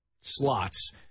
slots